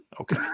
Okay